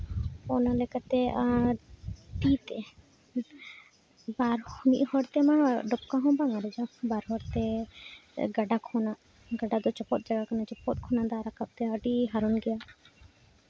ᱚᱱᱟ ᱞᱮᱠᱟᱛᱮ ᱟᱨ ᱛᱤᱛᱮ ᱵᱟᱨ ᱦᱚᱲ ᱢᱤᱫ ᱦᱚᱲ ᱛᱮᱢᱟ ᱰᱚᱠᱠᱟ ᱢᱟ ᱵᱟᱝ ᱟᱨᱮᱡᱚᱜ ᱵᱟᱨ ᱦᱚᱲ ᱛᱮ ᱜᱟᱰᱟ ᱠᱷᱚᱱᱟᱜ ᱜᱟᱰᱟ ᱫᱚ ᱪᱚᱯᱚᱫ ᱪᱟᱵᱟ ᱠᱟᱱᱟ ᱪᱚᱯᱚᱫ ᱠᱷᱚᱱᱟᱜ ᱫᱟᱜ ᱨᱟᱠᱟᱵ ᱛᱮ ᱟᱹᱰᱤ ᱦᱟᱨᱚᱱ ᱜᱮᱭᱟ